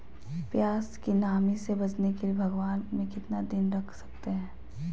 प्यास की नामी से बचने के लिए भगवान में कितना दिन रख सकते हैं?